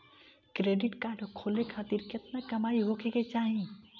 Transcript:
Credit card खोले खातिर केतना कमाई होखे के चाही?